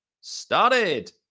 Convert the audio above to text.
started